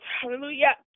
Hallelujah